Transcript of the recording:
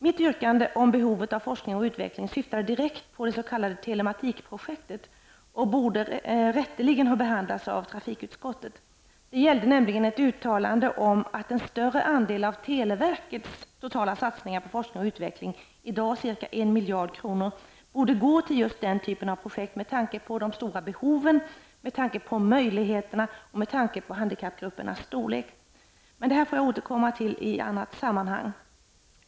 Mitt yrkande om behovet av forskning och utveckling syftade direkt på det s.k. telematik-projektet och borde rätteligen ha behandlats av trafikutskottet. Det gällde nämligen ett uttalande om att en större andel av televerkets totala satsningar på forskning och utveckling -- i dag ca 1 miljard kronor -- borde gå till just den typen av projekt med tanke på de stora behoven, möjligheterna och handikappgruppernas storlek. Detta får jag återkomma till i ett annat sammanhang.